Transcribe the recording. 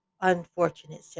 unfortunate